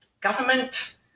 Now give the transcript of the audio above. government